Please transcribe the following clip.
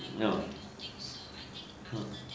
!huh! !huh!